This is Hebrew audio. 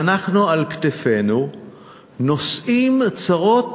שאנחנו על כתפינו נושאים צרות